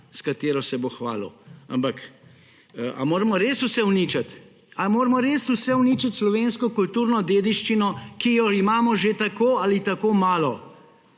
s katero se bo hvalil. Ampak, ali moramo res vse uničiti? Ali moramo res uničiti slovensko kulturno dediščino, ki jo imamo že tako ali tako malo?